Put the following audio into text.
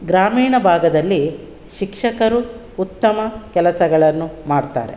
ಗಾಮೀಣ ಭಾಗದಲ್ಲಿ ಶಿಕ್ಷಕರು ಉತ್ತಮ ಕೆಲಸಗಳನ್ನು ಮಾಡ್ತಾರೆ